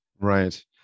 right